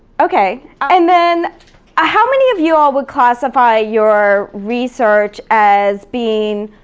okay, and then ah how many of you all would classify your research as being